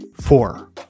Four